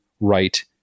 right